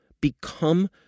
Become